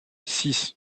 six